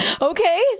Okay